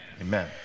Amen